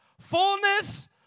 fullness